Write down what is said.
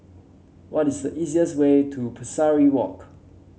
what is the easiest way to Pesari Walk